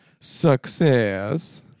success